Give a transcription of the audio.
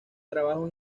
trabajo